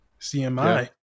cmi